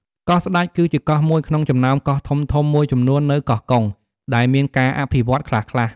កោះស្តេច គឺជាកោះមួយក្នុងចំណោមកោះធំៗមួយចំនួននៅកោះកុង ដែលមានការអភិវឌ្ឍន៍ខ្លះៗ។